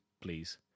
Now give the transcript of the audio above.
please